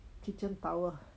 kitchen towel